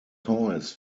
toys